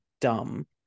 dumb